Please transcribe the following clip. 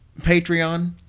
Patreon